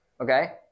Okay